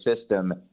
system